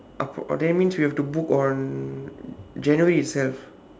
ah that means we have to book on january itself